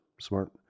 smart